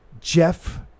Jeff